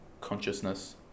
consciousness